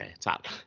top